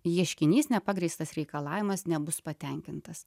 ieškinys nepagrįstas reikalavimas nebus patenkintas